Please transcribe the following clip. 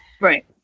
right